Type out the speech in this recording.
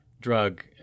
drug